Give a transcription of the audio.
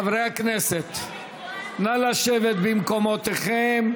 חברי הכנסת, נא לשבת במקומותיכם.